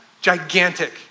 gigantic